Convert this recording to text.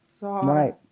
Right